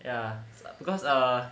ya because err